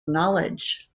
knowledge